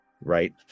right